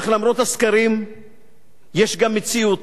אך למרות הסקרים יש גם מציאות,